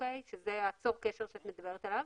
שזה צור קשר, עליו את מדברת.